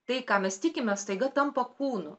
tai ką mes tikime staiga tampa kūnu